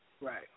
Right